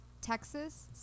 Texas